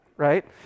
Right